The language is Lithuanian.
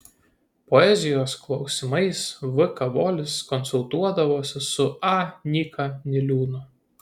poezijos klausimais v kavolis konsultuodavosi su a nyka niliūnu